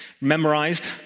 memorized